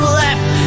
left